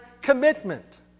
commitment